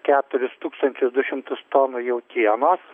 keturis tūkstančius du šimtus tonų jautienos